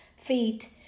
feet